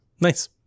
Nice